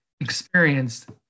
experienced